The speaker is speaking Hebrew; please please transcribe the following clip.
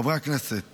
חברי כנסת יקרים,